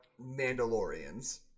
Mandalorians